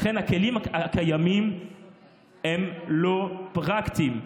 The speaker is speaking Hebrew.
לכן הכלים הקיימים הם לא פרקטיים.